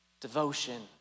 devotion